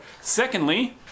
secondly